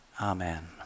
Amen